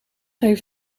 heeft